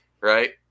right